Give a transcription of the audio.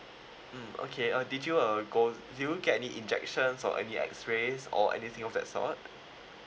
mm okay uh did you uh go did you get any injections or any X-rays or anything of that sort